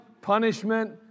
Punishment